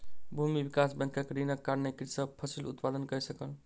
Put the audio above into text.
भूमि विकास बैंकक ऋणक कारणेँ कृषक फसिल उत्पादन कय सकल